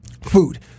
food